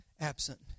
absent